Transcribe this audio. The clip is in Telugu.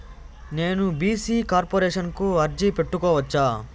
నేను బీ.సీ కార్పొరేషన్ కు అర్జీ పెట్టుకోవచ్చా?